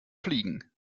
fliegen